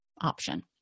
option